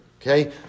Okay